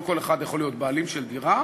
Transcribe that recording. לא כל אחד יכול להיות בעלים של דירה,